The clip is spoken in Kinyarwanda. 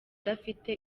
udafite